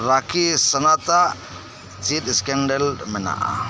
ᱨᱟᱠᱤ ᱥᱟᱱᱟᱛᱟᱜ ᱪᱮᱫ ᱥᱠᱮᱱᱰᱮᱞ ᱢᱮᱱᱟᱜᱼᱟ